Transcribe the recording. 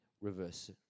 reverse